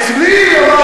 אצלי, אמר